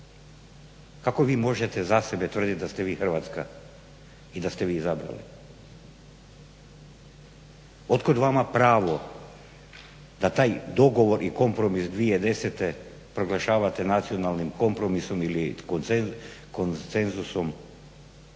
Kako vi možete za sebe tvrditi da ste vi Hrvatska i da ste vi izabrali? Od kuda vama pravo da taj dogovor i kompromis 2010.proglašavate nacionalnim kompromisom ili konsenzusom